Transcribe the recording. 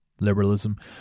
liberalism